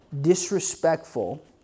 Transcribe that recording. disrespectful